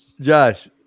Josh